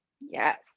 Yes